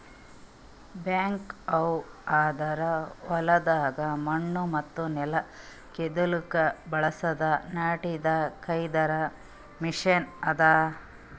back ಹೋ ಅಂದುರ್ ಹೊಲ್ದಾಗ್ ಮಣ್ಣ ಮತ್ತ ನೆಲ ಕೆದುರ್ಲುಕ್ ಬಳಸ ನಟ್ಟಿಂದ್ ಕೆದರ್ ಮೆಷಿನ್ ಅದಾ